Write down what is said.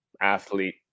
athlete